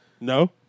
No